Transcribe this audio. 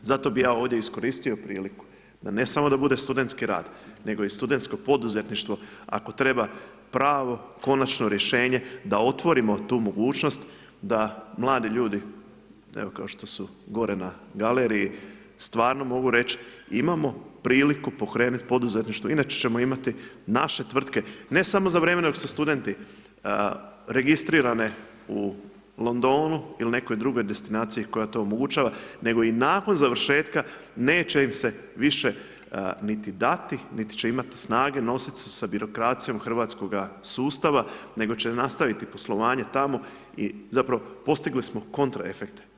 Zato bi ja ovdje iskoristio priliku da ne samo da bude studentski rad, nego i studentsko poduzetništvo, ako treba, pravo, konačno rješenje da otvorimo tu mogućnost, da mladi ljudi, evo kao što su gore na galeriji, stvarno mogu reći imamo priliku pokrenuti poduzetništvo, inače ćemo imati naše tvrtke ne samo za vrijeme dok su studenti, registrirane u Londonu ili nekoj drugoj destinaciji koja to omogućava, nego i nakon završetka neće im se više niti dati, niti će imati snage nositi se s birokracijom hrvatskoga sustava, nego će nastaviti poslovanje tamo i zapravo postigli smo kontra efekt.